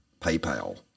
PayPal